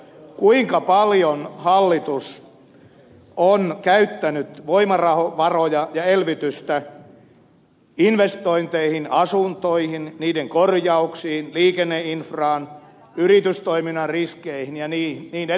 kuinka paljon hallitus on käyttänyt voimavaroja ja elvytystä investointeihin asuntoihin niiden korjauksiin liikenneinfraan yritystoiminnan riskeihin ja niin edelleen